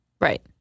Right